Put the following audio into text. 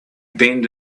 bend